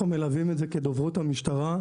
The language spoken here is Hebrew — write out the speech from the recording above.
אנחנו מלווים את זה כדוברות המשטרה,